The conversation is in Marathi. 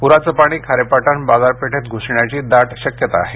पुराचं पाणी खारेपाटण बाजारपेठेत घुसण्याची दाट शक्यता आहे